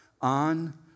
on